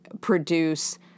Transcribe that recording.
produce